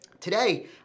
today